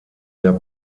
der